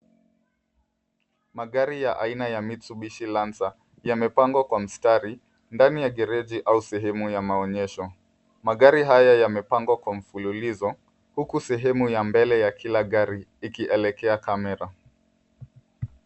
Magari ya aina ya Mistubishi Lancer yamepangwa kwa mstari ndani ya geregi au sehemu ya maoneysho. Magari haya yamepangwa ka mfululizo huku sehemu ya mbele ya kila gari ikielekea kamera.